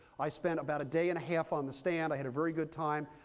i spent about a day and a half on the stand. i had a very good time.